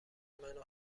منو